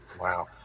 Wow